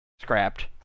scrapped